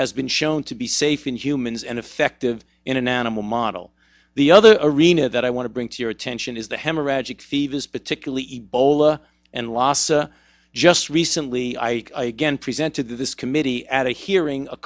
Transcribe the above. has been shown to be safe in humans and effective in an animal model the other arena that i want to bring to your attention is the hemorrhagic fevers particularly ebola and la just recently i present to this committee at a hearing a